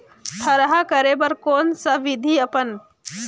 थरहा करे बर कौन सा विधि अपन?